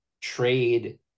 trade